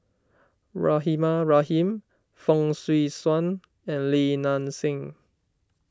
Rahimah Rahim Fong Swee Suan and Li Nanxing